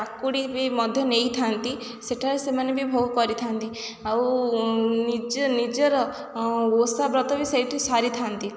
କାକୁଡ଼ି ବି ମଧ୍ୟ ନେଇଥାନ୍ତି ସେଠାରେ ସେମାନେ ବି ଭୋଗ କରିଥାନ୍ତି ଆଉ ନିଜ ନିଜର ଓଷା ବ୍ରତ ବି ସେଇଠି ସାରିଥାନ୍ତି